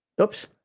Oops